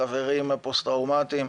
החברים הפוסט-טראומתיים,